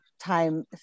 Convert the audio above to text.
time